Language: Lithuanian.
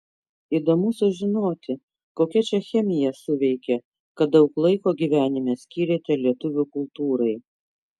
įdomu sužinoti kokia čia chemija suveikė kad daug laiko gyvenime skyrėte lietuvių kultūrai